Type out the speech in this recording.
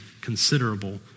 considerable